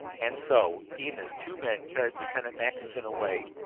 and so, even as two men carried lieutenant mackinson away,